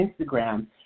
Instagram